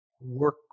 work